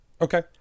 Okay